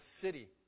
city